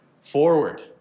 forward